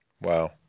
Wow